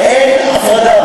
אין הפרדה.